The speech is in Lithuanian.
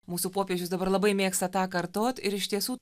mūsų popiežius dabar labai mėgsta tą kartot ir iš tiesų